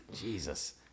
Jesus